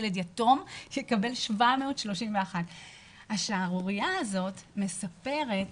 ילד יתום יקבל 731. השערורייה הזאת מספרת